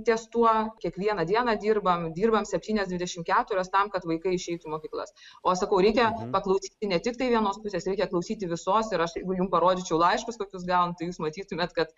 ties tuo kiekvieną dieną dirbam dirbam septynias dvidešimt keturias tam kad vaikai išeitų mokyklas o aš sakau reikia paklausyti ne tiktai vienos pusės reikia klausyti visos ir aš jum parodyčiau laiškus kokius gaunu tai jūs matytumėt kad